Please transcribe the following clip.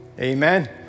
Amen